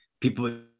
people